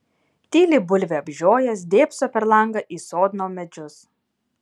tyli bulvę apžiojęs dėbso per langą į sodno medžius